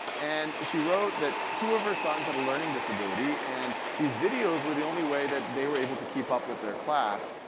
and she wrote that two of her sons had a learning disability, and these videos were the only way that they were able to keep up with their class.